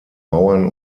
mauern